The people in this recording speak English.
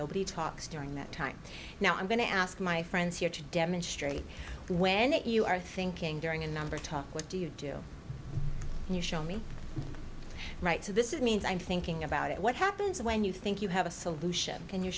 nobody talks during that time now i'm going to ask my friends here to demonstrate when that you are thinking during a number talk what do you do and you show me right so this is means i'm thinking about it what happens when you think you have a solution can you